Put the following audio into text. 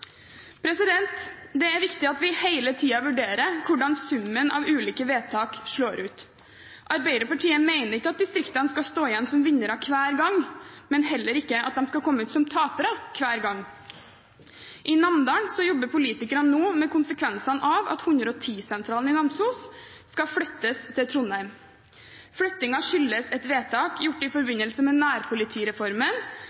Det er viktig at vi hele tiden vurderer hvordan summen av ulike vedtak slår ut. Arbeiderpartiet mener ikke at distriktene skal stå igjen som vinnere hver gang, men heller ikke at de skal komme ut som tapere hver gang. I Namdalen jobber politikerne nå med konsekvensene av at 110-sentralen i Namsos skal flyttes til Trondheim. Flyttingen skyldes et vedtak gjort i